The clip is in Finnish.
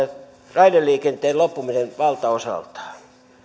raideliikenteen loppumista valtaosaltaan